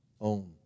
own